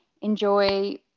enjoy